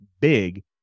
big